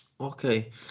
Okay